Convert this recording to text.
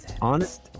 honest